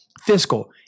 fiscal